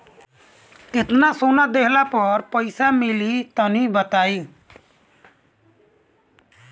केतना सोना देहला पर केतना पईसा मिली तनि बताई?